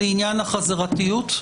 לעניין החזרתיות?